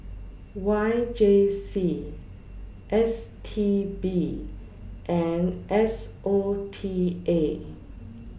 Y J C S T B and S O T A